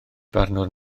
barnwr